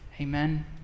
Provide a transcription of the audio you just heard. Amen